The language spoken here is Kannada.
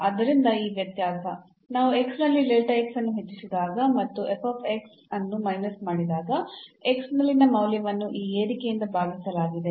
ಆದ್ದರಿಂದ ಈ ವ್ಯತ್ಯಾಸ ನಾವು x ನಲ್ಲಿ ಅನ್ನು ಹೆಚ್ಚಿಸಿದಾಗ ಮತ್ತು ಅನ್ನು ಮೈನಸ್ ಮಾಡಿದಾಗ x ನಲ್ಲಿನ ಮೌಲ್ಯವನ್ನು ಈ ಏರಿಕೆಯಿಂದ ಭಾಗಿಸಲಾಗಿದೆ